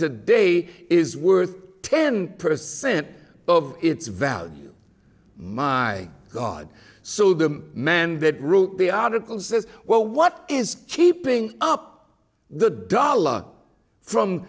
today is worth ten percent of its value my god so the man that route the article says well what is keeping up the dollar from